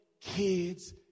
kids